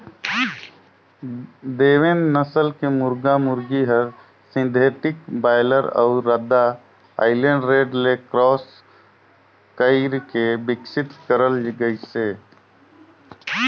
देवेंद नसल के मुरगा मुरगी हर सिंथेटिक बायलर अउ रद्दा आइलैंड रेड ले क्रास कइरके बिकसित करल गइसे